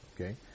Okay